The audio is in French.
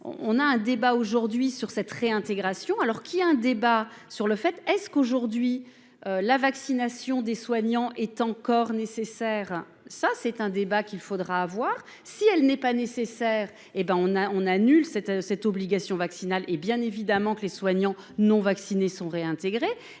on a un débat aujourd'hui sur cette réintégration, alors qu'il un débat sur le fait : est-ce qu'aujourd'hui la vaccination des soignants est encore nécessaire, ça c'est un débat qu'il faudra voir si elle n'est pas nécessaire, hé ben on a on annule cette cette obligation vaccinale, hé bien évidemment que les soignants non vaccinés sont réintégrés,